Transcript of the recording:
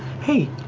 hey,